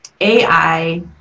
AI